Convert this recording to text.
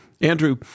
Andrew